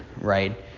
right